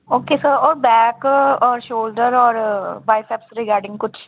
okay sir ਉਹ back ਔਰ shoulder ਔਰ ਬਾਈਸੈਪਸ ਰਿਗਾਰਡਿੰਗ ਕੁਛ